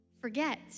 forget